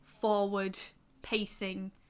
forward-pacing